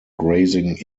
grazing